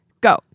go